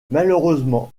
malheureusement